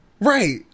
right